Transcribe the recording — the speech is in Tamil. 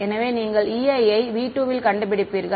எனவே நீங்கள் Ei யை V2 ல் கண்டுபிடிப்பீர்கள்